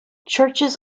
churches